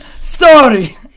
story